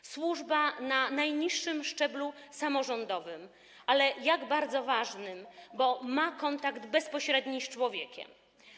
To służba na najniższym szczeblu samorządowym, ale jak bardzo ważnym, bo uwzględniającym kontakt bezpośredni z człowiekiem.